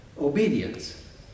obedience